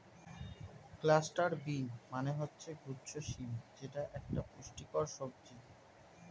cluster bean মানে হচ্ছে গুচ্ছ শিম যেটা একটা পুষ্টিকর সবজি